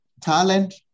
talent